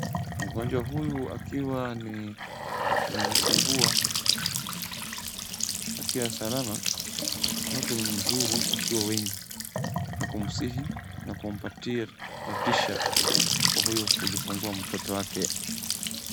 Mgonjwa huyu akiwa ni amejifungua akiwa salama. Watu wamemzuru wakiwa wengi na kumsihi na kumpatia motisha kwa huyo kujifungua mtoto wake.